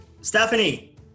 Stephanie